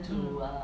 mm